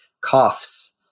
coughs